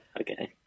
Okay